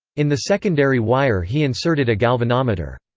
in the secondary wire he inserted a galvanometer.